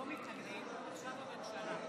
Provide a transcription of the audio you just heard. בבקשה, בשם הממשלה.